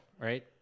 right